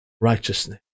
righteousness